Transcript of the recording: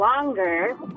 longer